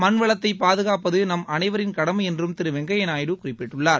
மண்வளத்தை பாதுகாப்பது நம் அனைவரின் கடமை என்றும் திரு வெங்கய்யா நாயுடு குறிப்பிட்டுள்ளார்